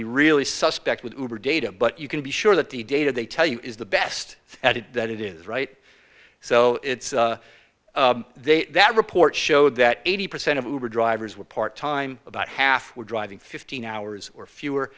be really suspect with data but you can be sure that the data they tell you is the best at it that it is right so it's they that report showed that eighty percent of our drivers were part time about half were driving fifteen hours or fewer